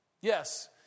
Yes